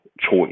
choice